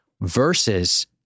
versus